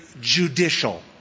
judicial